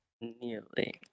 Nearly